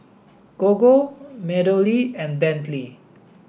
Gogo MeadowLea and Bentley